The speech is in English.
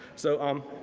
so um,